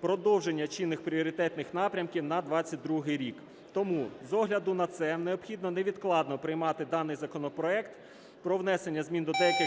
продовження чинних пріоритетних напрямків на 22-й рік. Тому з огляду на це необхідно невідкладно приймати даний законопроект про внесення змін до деяких